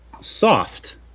Soft